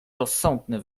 rozsądny